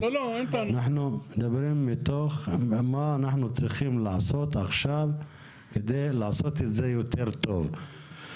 אלא לבדוק מה צריך לעשות עכשיו כדי לעשות את זה יותר טוב.